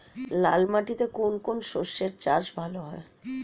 লাল মাটিতে কোন কোন শস্যের চাষ ভালো হয়?